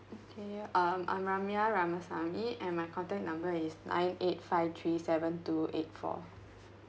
okay um I'm ramia ramasamy and my contact number is nine eight five three seven two eight four